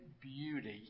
beauty